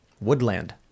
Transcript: woodland